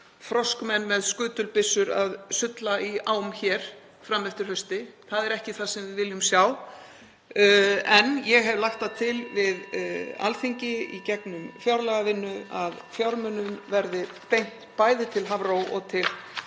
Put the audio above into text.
froskmenn með skutulbyssur að sulla í ám hér fram eftir hausti. Það er ekki það sem við viljum sjá. En ég hef lagt (Forseti hringir.) það til við Alþingi í gegnum fjárlagavinnu að fjármunum verði beint bæði til Hafró og til